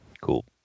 Cool